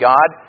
God